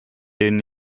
denen